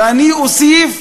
ואני אוסיף,